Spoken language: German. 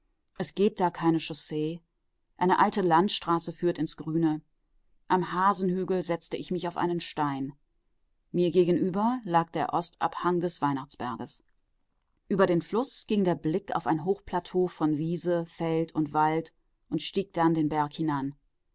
es geht da keine chaussee eine alte landstraße führt ins grüne am hasenhügel setze ich mich auf einen stein mir gegenüber lag der ostabhang des weihnachtsberges über den fluß ging der blick auf ein hochplateau von wiese feld und wald und stieg dann den berg